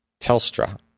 Telstra